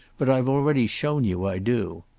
but i've already shown you i do.